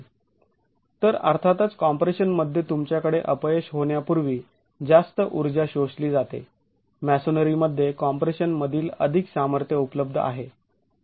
तर अर्थातच कॉम्प्रेशन मध्ये तुमच्याकडे अपयश होण्यापुर्वी जास्त ऊर्जा शोषली जाते मॅसोनरी मध्ये कॉम्प्रेशन मधील अधिक सामर्थ्य उपलब्ध आहे